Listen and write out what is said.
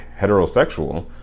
heterosexual